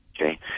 okay